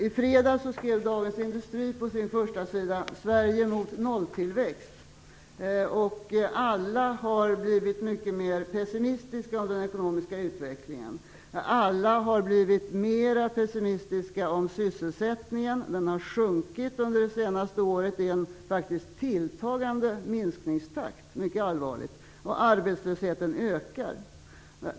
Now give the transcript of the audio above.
I fredags skrev Dagens Industri på sin förstasida: Sverige mot nolltillväxt. Alla har blivit mycket mer pessimistiska när det gäller den ekonomiska utvecklingen. Alla har blivit mer pessimistiska vad gäller sysselsättningen. Den har sjunkit under det senaste året, faktiskt i en tilltagande minskningstakt. Det är mycket allvarligt. Arbetslösheten ökar.